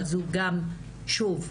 אבל שוב,